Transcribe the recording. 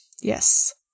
Yes